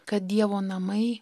kad dievo namai